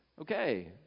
okay